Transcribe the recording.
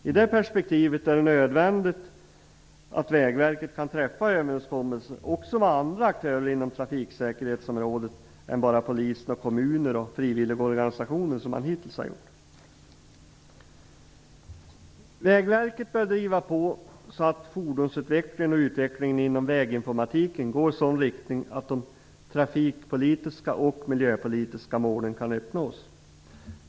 I det perspektivet är det nödvändigt att Vägverket kan träffa överenskommelser också med andra aktörer inom trafiksäkerhetsområdet än bara polis, kommun och frivilligorganisationer. Så har det ju hittills varit. Vägverket bör driva på så att fordonsutvecklingen och utvecklingen inom väginformatiken går i sådan riktning att de trafikpolitiska och miljöpolitiska målen kan uppnås.